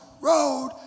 road